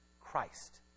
Christ